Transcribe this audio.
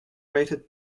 rated